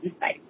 Bye